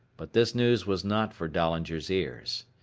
but this news was not for dahlinger's ears.